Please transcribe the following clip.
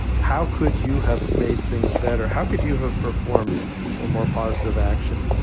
how could you have made things better? how could you have performed a more positive action?